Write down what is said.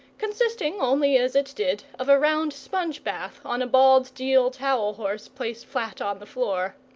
consisting only as it did of a round sponge-bath on a bald deal towel-horse placed flat on the floor.